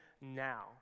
now